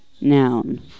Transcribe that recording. noun